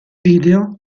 video